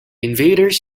invaders